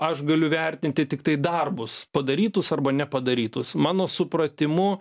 aš galiu vertinti tiktai darbus padarytus arba nepadarytus mano supratimu